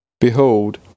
Behold